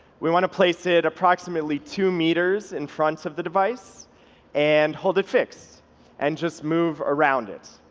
we want to place it approximately two meters in front of the device and hold it fixed and just move around it.